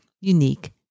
unique